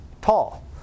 tall